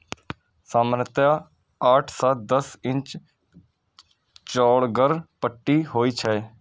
सामान्यतः आठ सं दस इंच चौड़गर पट्टी होइ छै